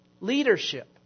Leadership